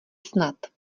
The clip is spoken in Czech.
snad